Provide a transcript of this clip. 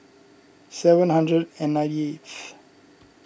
seven hundred and ninety eighth